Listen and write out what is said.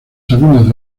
sabinas